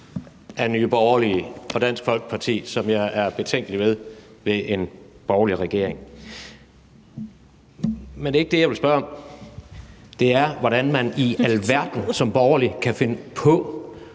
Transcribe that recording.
af Nye Borgerlige og Dansk Folkeparti, som jeg er betænkelig ved ved en borgerlig regering. Men det er ikke det, jeg vil spørge om. Det er, hvordan i alverden man som borgerlig kan finde på